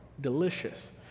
Delicious